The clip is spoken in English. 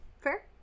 Fair